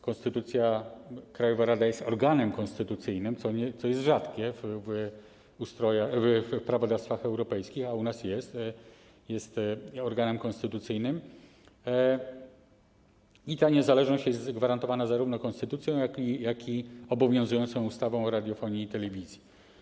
Krajowa rada jest organem konstytucyjnym, co jest rzadkie w prawodawstwach europejskich, a u nas jest organem konstytucyjnym, i ta niezależność jest gwarantowana zarówno konstytucją, jak i obowiązującą ustawą o radiofonii i telewizji.